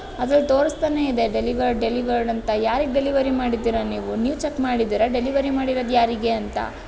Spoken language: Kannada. ಅದರಲ್ಲಿ ತೋರಿಸ್ತಾನೇ ಇದೆ ಡೆಲಿವರ್ಡ್ ಡೆಲಿವರ್ಡ್ ಅಂತ ಯಾರಿಗೆ ಡೆಲಿವರಿ ಮಾಡಿದ್ದೀರ ನೀವು ನೀವು ಚೆಕ್ ಮಾಡಿದ್ದೀರಾ ಡೆಲಿವರಿ ಮಾಡಿರೋದು ಯಾರಿಗೆ ಅಂತ